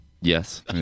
Yes